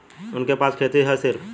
उनके पास खेती हैं सिर्फ